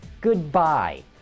goodbye